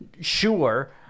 sure